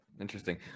Interesting